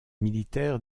militaire